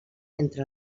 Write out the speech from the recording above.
entre